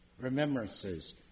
remembrances